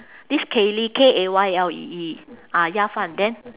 this kay lee K A Y L E E ah 鸭饭 then